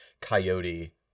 coyote